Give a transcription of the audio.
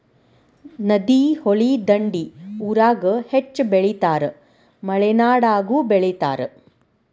ನದಿ, ಹೊಳಿ ದಂಡಿ ಊರಾಗ ಹೆಚ್ಚ ಬೆಳಿತಾರ ಮಲೆನಾಡಾಗು ಬೆಳಿತಾರ